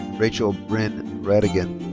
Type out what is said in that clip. rachael brynne rhategan.